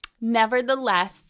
Nevertheless